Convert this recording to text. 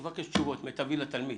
אני מבקש תשובות לגבי: מיטבי לתלמיד